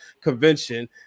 Convention